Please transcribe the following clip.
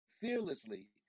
fearlessly